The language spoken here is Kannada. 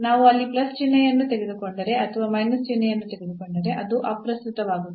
ನಾವು ಅಲ್ಲಿ ಪ್ಲಸ್ ಚಿಹ್ನೆಯನ್ನು ತೆಗೆದುಕೊಂಡರೆ ಅಥವಾ ಮೈನಸ್ ಚಿಹ್ನೆಯನ್ನು ತೆಗೆದುಕೊಂಡರೆ ಅದು ಅಪ್ರಸ್ತುತವಾಗುತ್ತದೆ